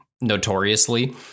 notoriously